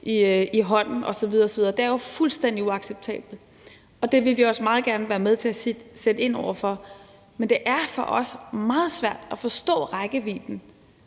i hånden, osv. osv. Det er jo fuldstændig uacceptabelt, og det vil vi også meget gerne være med til at sætte ind over for. Men det er for os meget svært at forstå rækkevidden